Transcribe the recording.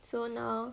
so now